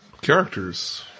characters –